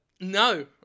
No